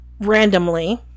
randomly